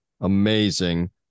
Amazing